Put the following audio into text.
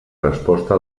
resposta